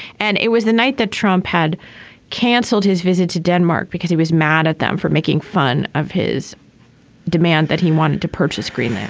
and it was the night that trump had canceled his visit to denmark because he was mad at them for making fun of his demand that he wanted to purchase green.